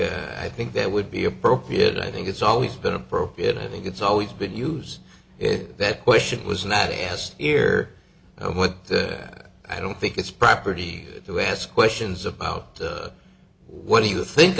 i think that would be appropriate i think it's always been appropriate i think it's always been use it that question was not asked here what i don't think it's property to ask questions about what do you think